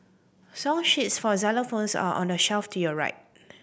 song sheets for xylophones are on the shelf to your right